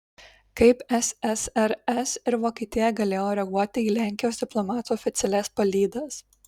kaip ssrs ir vokietija galėjo reaguoti į lenkijos diplomatų oficialias palydas